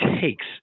takes